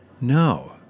No